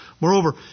moreover